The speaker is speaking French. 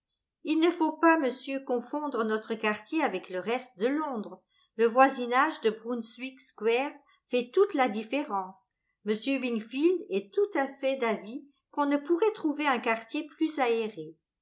il ne faut pas monsieur confondre notre quartier avec le reste de londres le voisinage de brunswick square fait toute la différence m wingfield est tout à fait d'avis qu'on ne pourrait trouver un quartier plus aéré